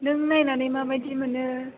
नों नायनानै माबायदि मोनो